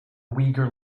uyghur